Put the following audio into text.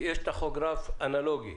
יש טכוגרף אנלוגי.